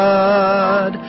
God